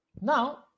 Now